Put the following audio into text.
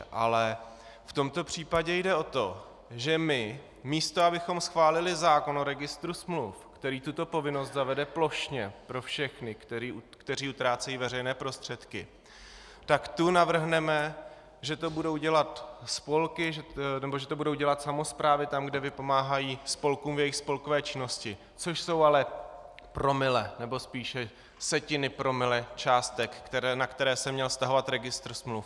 Ale v tomto případě jde o to, že místo abychom schválili zákon o registru smluv, který tuto povinnost zavede plošně pro všechny, kteří utrácejí veřejné prostředky, tak tu navrhneme, že to budou dělat spolky nebo že to budou dělat samosprávy tam, kde vypomáhají spolkům v jejich spolkové činnosti, což jsou ale promile, nebo spíše setiny promile částek, na které se měl vztahovat registr smluv.